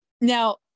Now